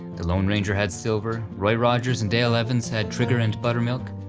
the lone ranger had silver roy rogers and dale evans had trigger and buttermilk,